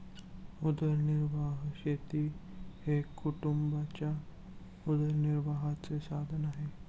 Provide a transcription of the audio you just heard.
उदरनिर्वाह शेती हे कुटुंबाच्या उदरनिर्वाहाचे साधन आहे